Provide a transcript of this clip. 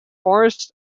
forest